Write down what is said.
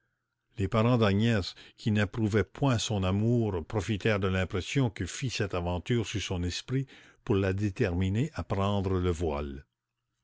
les parens d'agnès qui n'approuvaient point son amour profitèrent de l'impression que fit cette avanture sur son esprit pour la déterminer à prendre le voile